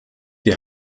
die